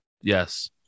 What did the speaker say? Yes